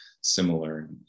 similar